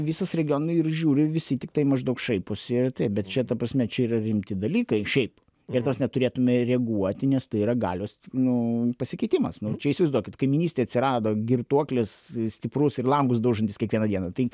visus regionai ir žiūri visi tiktai maždaug šaiposi bet čia ta prasme čia yra rimti dalykai šiaip ir tas neturėtume reaguoti nes tai yra galios nu pasikeitimas nu čia įsivaizduokit kaimynystėj atsirado girtuoklis stiprus ir langus daužantis kiekvieną dieną tai